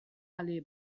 ale